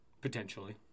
potentially